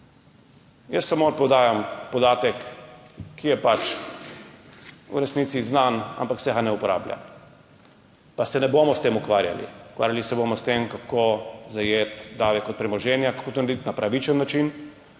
Jaz samo podajam podatek, ki je pač v resnici znan, ampak se ga ne uporablja, pa se ne bomo s tem ukvarjali. Ukvarjali se bomo s tem, kako zajeti davek od premoženja, kako to narediti na pravičen način,